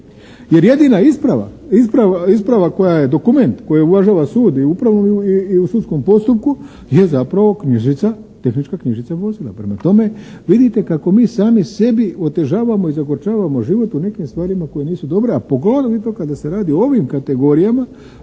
Jer jedina isprava, isprava koja je dokument koju uvažava sud i u upravnom i u sudskom postupku je zapravo knjižica, tehnička knjižica vozila. Prema tome vidite kako mi sami sebi otežavamo i zagorčavamo život u nekim stvarima koje nisu dobre, a poglavito kada se radi o ovim kategorijama